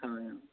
হয় অঁ